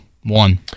One